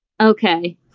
okay